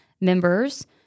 members